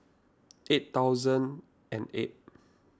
eight thousand and eight